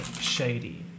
Shady